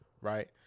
right